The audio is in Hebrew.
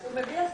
הוא מביא הצעה.